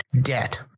debt